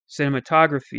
cinematography